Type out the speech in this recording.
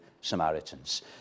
Samaritans